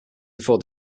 before